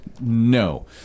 No